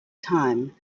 time